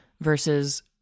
versus